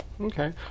Okay